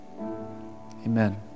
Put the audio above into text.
Amen